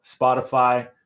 Spotify